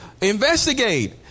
investigate